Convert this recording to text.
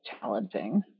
challenging